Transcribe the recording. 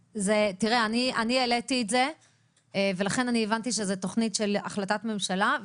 תראה אני העליתי את זה ולכן אני הבנתי שזאת תוכנית של החלטת ממשלה,